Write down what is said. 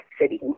city